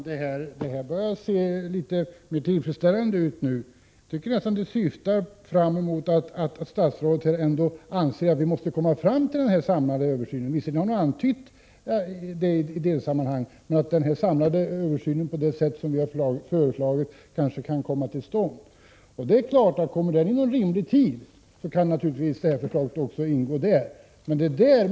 Herr talman! Det här börjar se mer tillfredsställande ut. Jag tycker nästan att det syftar fram mot att statsrådet anser att vi måste komma fram till en samlad översyn. Visserligen har hon antytt detta i en del sammanhang, men det är glädjande att den samlade översyn som vi har föreslagit kanske kan komma till stånd. Och kommer den inom rimlig tid så kan naturligtvis detta förslag ingå där.